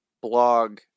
blog